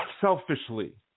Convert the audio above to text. selfishly